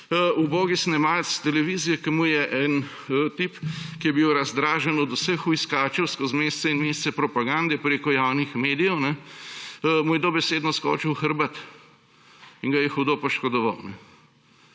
ubogi snemalec s televizije, ki mu je en tip, ki je bil razdražen od vseh hujskačev skozi mesece in mesece propagande preko javnih medijev, mu je dobesedno skočil v hrbet in ga je hudo poškodoval.